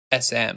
SM